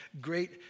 great